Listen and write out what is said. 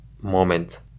moment